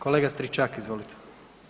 Kolega Stričak, izvolite.